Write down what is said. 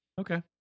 Okay